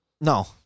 No